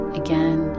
again